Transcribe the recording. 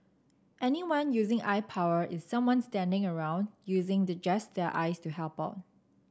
anyone using eye power is someone standing around using the just their eyes to help out